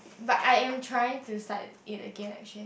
but I am trying to start it again actually